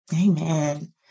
Amen